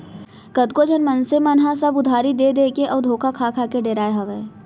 कतको झन मनसे मन ह सब उधारी देय देय के अउ धोखा खा खा डेराय हावय